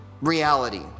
reality